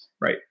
right